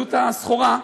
עלות הסחורה,